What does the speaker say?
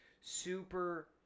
super